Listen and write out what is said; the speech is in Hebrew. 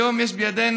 היום יש בידינו